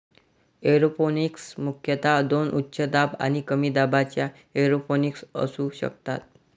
aeroponics मुख्यतः दोन उच्च दाब आणि कमी दाबाच्या एरोपोनिक्स असू शकतात